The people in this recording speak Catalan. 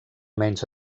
menys